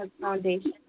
foundation